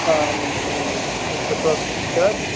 آ یِم چھِ تُہۍ چھِوا حظ اِقرا جی